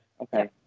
Okay